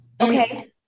Okay